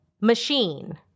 machine